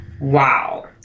Wow